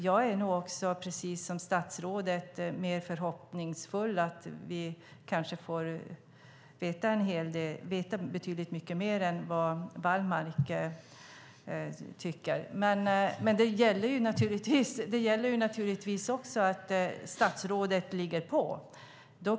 Jag är, precis som statsrådet, mer förhoppningsfull än Wallmark om att vi ska få veta betydligt mer. Men det gäller naturligtvis också att statsrådet ligger på.